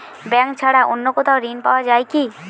Bank ছাড়া অন্য কোথাও ঋণ পাওয়া যায় কি?